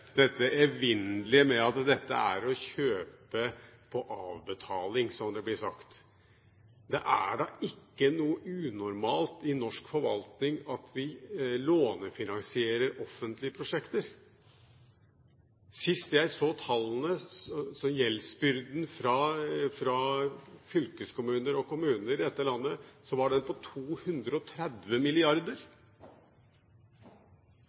dette evinnelige med at dette er å kjøpe på avbetaling, som det blir sagt. At vi lånefinansierer offentlige prosjekter, er da ikke noe unormalt i norsk forvaltning? Sist jeg så tallene, var gjeldsbyrden fra fylkeskommuner og kommuner i dette landet på 230